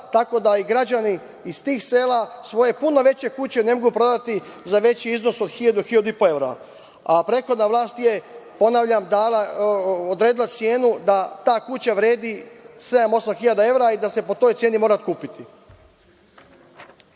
tako da i građani iz tih sela svoje puno veće kuće ne mogu prodati za veći iznos od 1.000, 1.500 evra, a prethodna vlast je, ponavljam dala, odredila cenu da ta kuća vredi 7.000 do 8.000 evra i da se po toj ceni mora otkupiti. Na